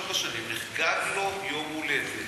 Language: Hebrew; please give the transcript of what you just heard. ארבע שנים נחגג לו יום הולדת,